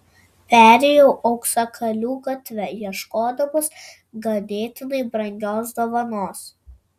perėjau auksakalių gatve ieškodamas ganėtinai brangios dovanos